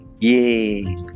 Yay